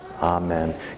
Amen